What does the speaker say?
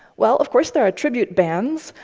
well, of course, there are tribute bands.